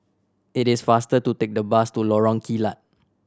it is faster to take the bus to Lorong Kilat